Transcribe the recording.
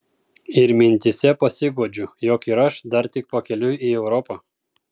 ir mintyse pasiguodžiu jog ir aš dar tik pakeliui į europą